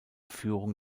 führung